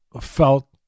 felt